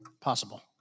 possible